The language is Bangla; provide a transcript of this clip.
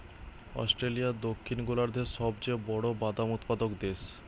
অস্ট্রেলিয়া দক্ষিণ গোলার্ধের সবচেয়ে বড় বাদাম উৎপাদক দেশ